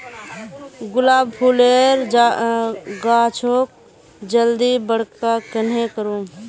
गुलाब फूलेर गाछोक जल्दी बड़का कन्हे करूम?